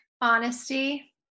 Honesty